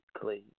clean